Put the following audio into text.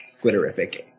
Squitterific